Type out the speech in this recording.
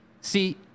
See